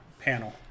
panel